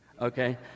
okay